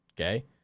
Okay